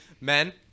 Men